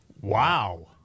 wow